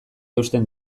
eusten